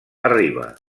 arriba